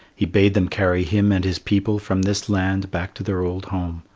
he bade them carry him and his people from this land back to their old home.